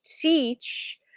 teach